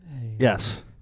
Yes